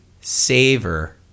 savor